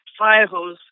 firehose